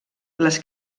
les